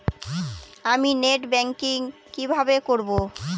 আমি net banking কিভাবে করব?